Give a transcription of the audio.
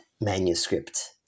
manuscript